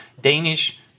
Danish